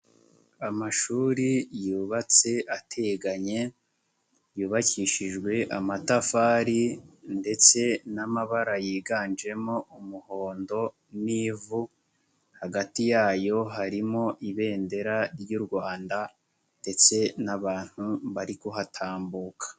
Amashuri yubatse ateganye, yubakishijwe amatafari ndetse n'amabara yiganjemo umuhondo n'ivu, hagati yayo harimo ibendera ry'u Rwanda ndetse n'abantu bari kuhatambuka.